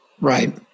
Right